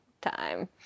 time